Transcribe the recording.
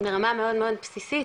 ברמה מאוד בסיסית,